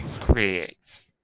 creates